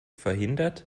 verhindert